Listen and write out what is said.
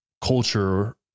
culture